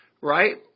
Right